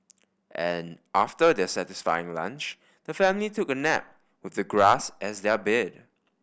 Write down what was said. an after their satisfying lunch the family took a nap with the grass as their bed